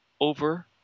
over